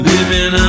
Living